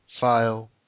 File